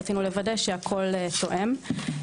רצינו לוודא שהכול תואם.